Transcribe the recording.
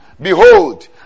Behold